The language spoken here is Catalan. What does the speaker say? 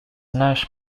naix